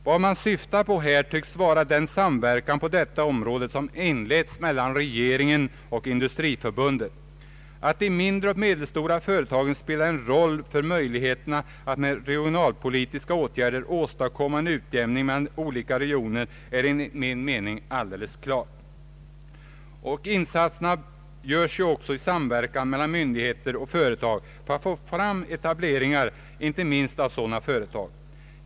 Vad man syftar på här tycks vara den samverkan på detta område som har inletts mellan regeringen och Industriförbundet. Att de mindre och medelstora företagen spelar en stor roll för möjligheterna att med regionalpolitiska åtgärder åstadkomma en utjämning mellan olika regioner är enligt min mening alldeles klart. Insatser görs ju också i samverkan mellan myndigheter och företag för att få fram etableringar inte minst av sådana företag.